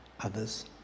others